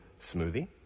smoothie